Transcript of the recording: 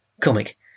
comic